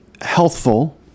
healthful